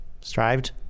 Strived